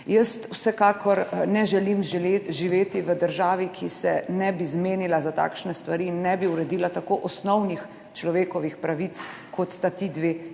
Jaz vsekakor ne želim živeti v državi, ki se ne bi zmenila za takšne stvari in ne bi uredila tako osnovnih človekovih pravic, kot sta ti dve